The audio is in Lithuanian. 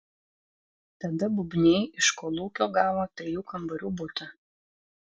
tada bubniai iš kolūkio gavo trijų kambarių butą